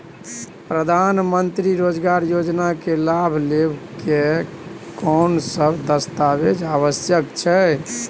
प्रधानमंत्री मंत्री रोजगार योजना के लाभ लेव के कोन सब दस्तावेज आवश्यक छै?